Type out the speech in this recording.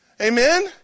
Amen